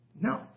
no